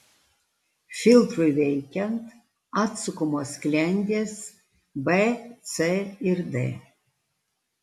filtrui veikiant atsukamos sklendės b c ir d